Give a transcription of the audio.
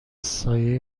سایه